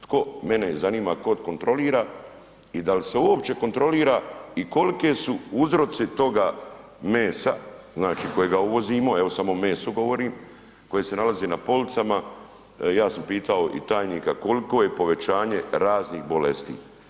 Tko, mene zanima tko kontrolira i da li se uopće kontrolira i koliki su uzroci toga mesa, znači kojega uvozimo, ja samo o mesu govorim koje se nalazi na policama, ja sam pitao i tajnika, koliko je povećanje raznih bolesti.